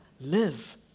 live